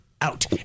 out